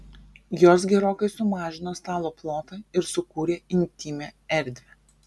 jos gerokai sumažino stalo plotą ir sukūrė intymią erdvę